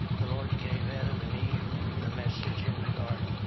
the lord gave adam and eve the message in the garden,